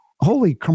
holy